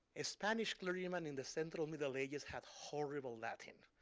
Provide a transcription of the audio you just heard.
a spanish clergyman in the central middle ages had horrible latin.